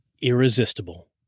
irresistible